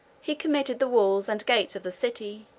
he committed the walls and gates of the city